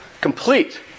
complete